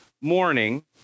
morning